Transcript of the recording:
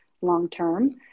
long-term